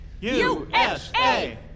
USA